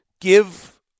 give